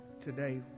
today